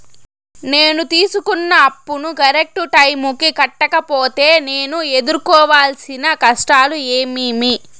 నేను తీసుకున్న అప్పును కరెక్టు టైముకి కట్టకపోతే నేను ఎదురుకోవాల్సిన కష్టాలు ఏమీమి?